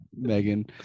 Megan